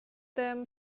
them